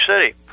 City